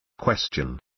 Question